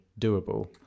doable